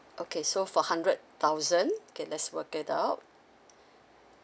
okay so for hundred thousand K let's work it out